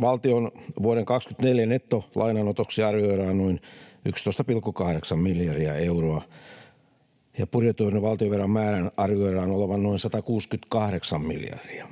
valtion vuoden 24 nettolainanotoksi arvioidaan noin 11,8 miljardia euroa ja budjetoidun valtionvelan määrän arvioidaan olevan noin 168 miljardia.